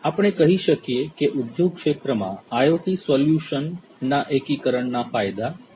આપણે કહી શકીએ કે ઉદ્યોગ ક્ષેત્રમાં IoT સોલ્યુશન્સ ના એકીકરણના ફાયદા છે